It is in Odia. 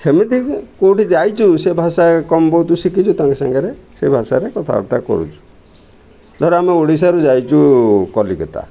ସେମିତି କେଉଁଠି ଯାଇଛୁ ସେ ଭାଷା କମ୍ ବହୁତ ଶିଖିଛୁ ତାଙ୍କ ସାଙ୍ଗରେ ସେ ଭାଷାରେ କଥାବାର୍ତ୍ତା କରୁଛୁ ଧର ଆମେ ଓଡ଼ିଶାରୁ ଯାଇଛୁ କଲିକତା